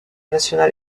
national